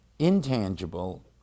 intangible